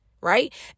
right